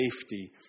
safety